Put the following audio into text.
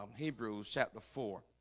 um hebrews chapter four